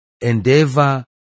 endeavor